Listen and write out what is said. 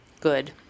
good